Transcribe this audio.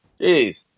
Jeez